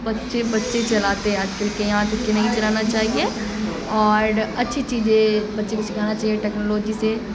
بچے بچے چلاتے ہیں آج کل کے یہاں تک کے نہیں چلانا چاہیے اور اچھی چیزیں بچے کو سکھانا چاہیے ٹیکنالوجی سے